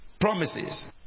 promises